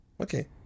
Okay